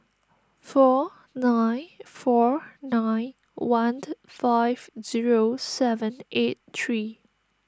four nine four nine one five zero seven eight three